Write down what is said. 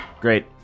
Great